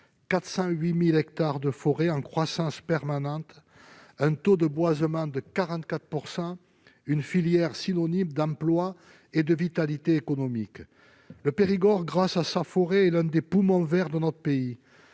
408 000 hectares de forêt, en croissance permanente. Son taux de boisement s'élève à 44 %. Sa filière du bois est synonyme d'emploi et de vitalité économique. Le Périgord, grâce à sa forêt, est l'un des poumons verts de notre pays